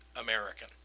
American